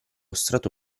strato